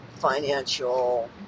financial